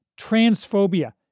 transphobia